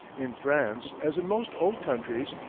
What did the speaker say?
in france, as in most old countries,